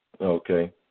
Okay